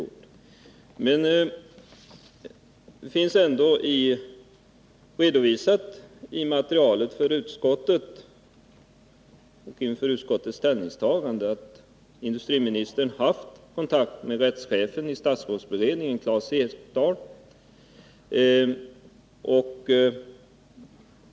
Men det finns redovisat i materialet inför utskottets ställningstagande att industriministern haft kontakt med rättschefen i statsrådsberedningen, Claes Eklundh.